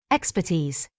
Expertise